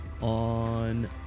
on